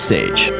Sage